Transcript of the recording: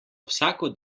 vsako